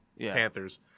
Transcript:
Panthers